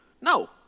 No